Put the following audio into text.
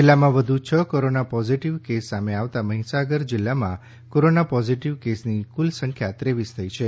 જિલ્લામાં વધુ છ કોરોના પોઝિટિવ કેસ સામે આવતા મહીસાગર જિલ્લામાં કોરોના પોઝિટિવ કેસની કુલ સંખ્યા ત્રેવીસ થઈ છે